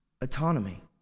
autonomy